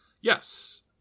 Yes